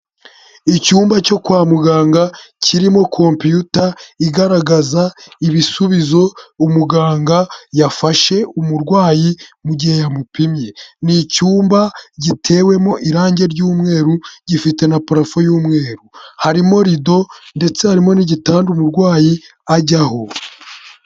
Icyumba cyo kwa muganga kirimo komputa igaragaza ibisubizo umuganga yafashe umurwayi mu gihe yamupimye, ni icyumba gitewemo irangi ry'umweru gifite na parafo y'umweru, harimo rido ndetse harimo n'igitanda umurwayi ajyaho.